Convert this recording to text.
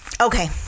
Okay